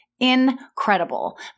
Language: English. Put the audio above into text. incredible